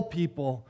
people